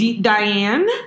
Diane